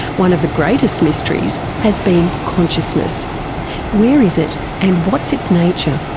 one of the greatest mysteries has been consciousness where is it and what is its nature?